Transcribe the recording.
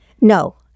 No